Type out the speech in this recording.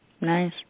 Nice